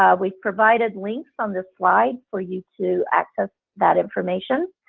um we've provided links on this slide for you to access that information.